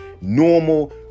normal